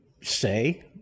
say